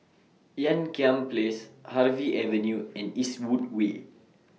Ean Kiam Place Harvey Avenue and Eastwood Way